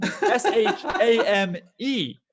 S-H-A-M-E